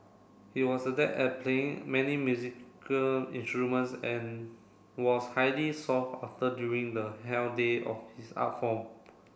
he was adept at playing many musical instruments and was highly sought after during the heyday of his art form